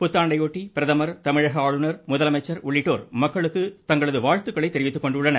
புத்தாண்டையொட்டி பிரதமர் தமிழக ஆளுநர் முதலமைச்சர் உள்ளிட்டோர் மக்களுக்கு வாழ்த்துக்களை தெரிவித்துக்கொண்டுள்ளனர்